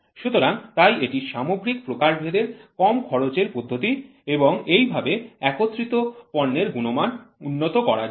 সুতরাং তাই এটি সামগ্রিক প্রকারভেদের কম খরচের পদ্ধতি এবং এইভাবে একত্রিত পণ্যের গুণমান উন্নত করা যায়